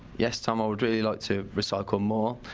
yes tom, i would really like to recycle more,